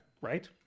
Right